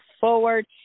forward